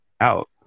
out